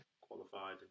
qualified